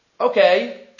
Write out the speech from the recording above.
Okay